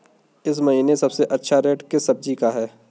इस महीने सबसे अच्छा रेट किस सब्जी का है?